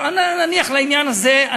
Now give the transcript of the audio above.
נניח לעניין הזה,